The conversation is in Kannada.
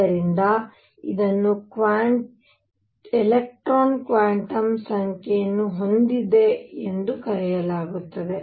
ಆದ್ದರಿಂದ ಇದನ್ನು ಎಲೆಕ್ಟ್ರಾನ್ ಕ್ವಾಂಟಮ್ ಸಂಖ್ಯೆಯನ್ನು ಹೊಂದಿದೆ ಎಂದು ಕರೆಯಲಾಗುತ್ತದೆ